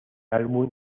álbum